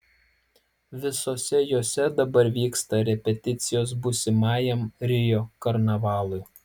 visose jose dabar vyksta repeticijos būsimajam rio karnavalui